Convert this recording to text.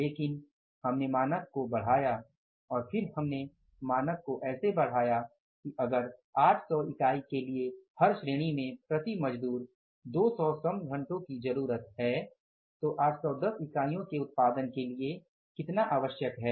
लेकिन हमने मानक को बढ़ाया और फिर हमने मानक को ऐसे बढ़ाया कि अगर 800 इकाई के लिए हर श्रेणी में प्रति मजदूर 200 श्रम घंटो की जरुरत है तो 810 इकाइयों के उत्पादन के लिए कितना आवश्यक है